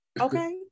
Okay